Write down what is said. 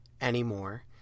anymore